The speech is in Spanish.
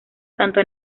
tanto